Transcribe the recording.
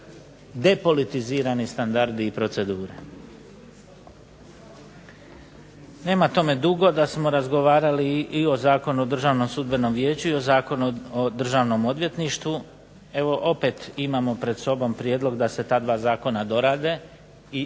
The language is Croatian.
depolitizirani standardi i procedure. Nema tome dugo da smo razgovarali i o Zakonu o Državnom sudbenom vijeću i o Zakonu o Državnom odvjetništvu, evo opet imamo pred sobom prijedlog da se ta dva zakona dorade i to nije